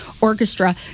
orchestra